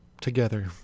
together